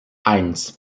eins